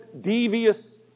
devious